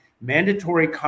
mandatory